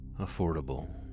Affordable